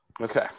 Okay